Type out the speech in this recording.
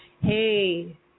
hey